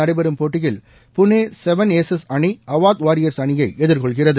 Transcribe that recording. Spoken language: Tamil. நடைபெறும் போட்டியில் பூனே ஏழுஏஸஸ் மாலை அணி அவாத்வாரியர்ஸ் அணியை எதிர்கொள்கிறது